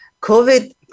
COVID